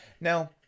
Now